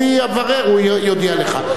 הוא יברר, הוא יודיע לך.